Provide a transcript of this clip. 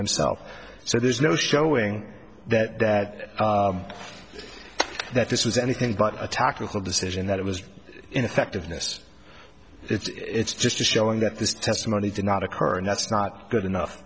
himself so there's no showing that that that this was anything but a tactical decision that it was ineffectiveness it's just a showing that this testimony did not occur and that's not good enough